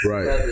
Right